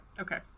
Okay